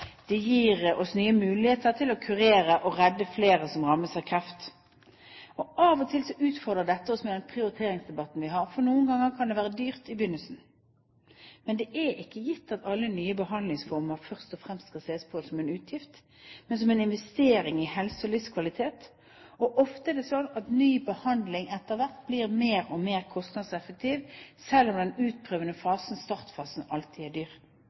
det gir oss nye muligheter til å kurere og redde flere som rammes av kreft. Av og til utfordrer dette oss med den prioriteringsdebatten vi har, for noen ganger kan det være dyrt i begynnelsen. Det er ikke gitt at alle nye behandlingsformer først og fremst skal ses på som en utgift, men heller som en investering i helse og livskvalitet. Ofte er det sånn at en ny behandling etter hvert blir mer og mer kostnadseffektiv, selv om den utprøvende fasen, startfasen, alltid er dyr.